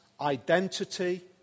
identity